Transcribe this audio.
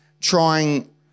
trying